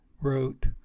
wrote